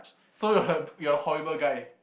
so you are a horrible guy